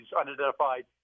unidentified